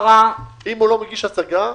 אם הוא לא מגיש הסגה,